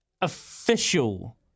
official